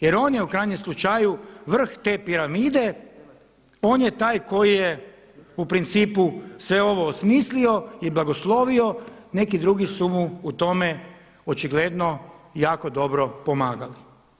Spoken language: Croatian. Jer on je u krajnjem slučaju vrh te piramide, on je taj koji je u principu sve ovo osmislio i blagoslovio, neki drugi su mu u tome očigledno jako dobro pomagali.